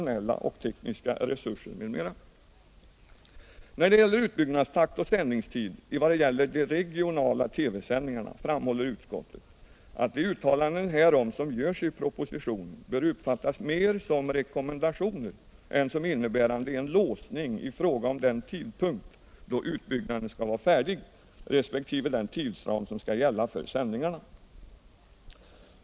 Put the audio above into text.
När det gäller utbyggnadstakt och sändningstid i vad gäller de regionala TV-sändningarna framhåller utskottet att de uttalanden härom som görs i propositionen bör uppfattas mer som rekommendationer än som innebärande en låsning i fråga om den tidpunkt då utbyggnaden skall vara färdig resp. den tidsram som skall gälla för sändningarna.